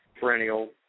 perennial